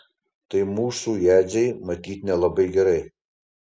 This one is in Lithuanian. tai mūsų jadzei matyt nelabai gerai